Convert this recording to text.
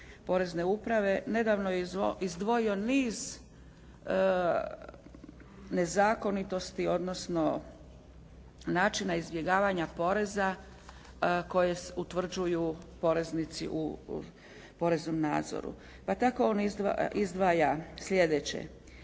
nedavno je izdvojio niz nezakonitosti odnosno načina izbjegavanja poreza koje utvrđuju poreznici u poreznom nadzoru. Pa tako on izdvaja sljedeće: